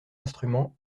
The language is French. instrument